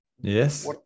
Yes